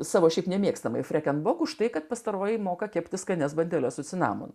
savo šiaip nemėgstamai freken bok už tai kad pastaroji moka kepti skanias bandeles su cinamonu